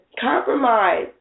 Compromise